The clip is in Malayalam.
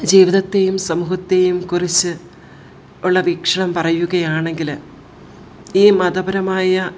ജീവിതത്തെയും സമൂഹത്തെയും കുറിച്ച് ഉള്ള വീക്ഷണം പറയുകയാണെങ്കിൽ ഈ മതപരമായ